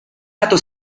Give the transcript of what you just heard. lato